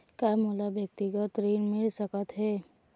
का मोला व्यक्तिगत ऋण मिल सकत हे?